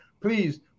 Please